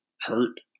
hurt